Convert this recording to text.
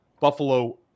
Buffalo